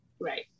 Right